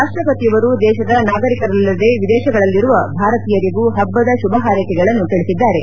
ರಾಷ್ಕಪತಿಯವರು ದೇಶದ ನಾಗರಿಕರಲ್ಲದೆ ವಿದೇಶಗಳಲ್ಲಿರುವ ಭಾರತೀಯರಿಗೂ ಹಬ್ಬದ ಶುಭ ಹಾರ್ೈಕೆಗಳನ್ನು ತಿಳಿಸಿದ್ದಾರೆ